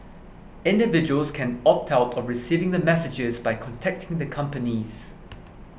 individuals can opt out of receiving the messages by contacting the companies